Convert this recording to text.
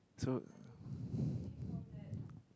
so